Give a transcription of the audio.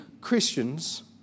Christians